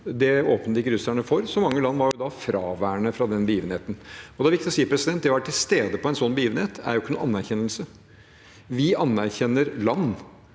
Det åpnet ikke russerne for, så mange land var fraværende fra den begivenheten. Det er viktig å si at det å være til stede ved en sånn begivenhet ikke er noen anerkjennelse. Vi anerkjenner land,